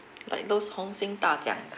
like those 红星大奖 ah